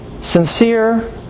sincere